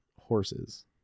horses